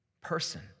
person